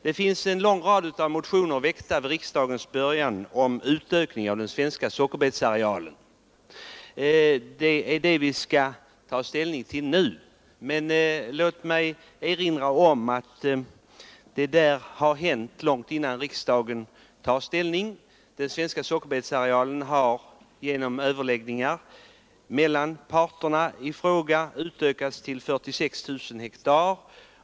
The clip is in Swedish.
Det väcktes vid sessionens början en lång rad motioner om utökning av den svenska sockerbetsarealen, och det är dem vi nu skall ta ställning till. Långt tidigare har emellertid genom överläggningar mellan parterna den svenska sockerbetsarealen utökats till 46 000 hektar.